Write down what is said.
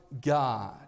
God